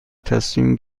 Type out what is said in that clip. تصمیم